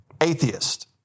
atheist